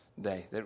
day